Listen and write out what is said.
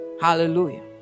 hallelujah